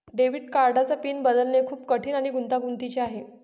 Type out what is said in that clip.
debit कार्डचा pin बदलणे खूप कठीण आणि गुंतागुंतीचे आहे